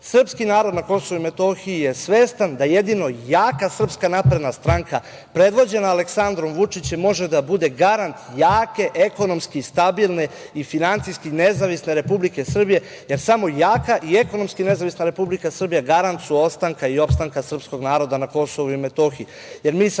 Srpski narod na KiM je svestan da jedino jaka SNS, predvođena Aleksandrom Vučićem, može da bude garant jake, ekonomski stabilne i finansijski nezavisne Republike Srbije, jer samo jaka i ekonomski nezavisna Republika Srbija garant su ostanka i opstanka srpskog naroda na KiM.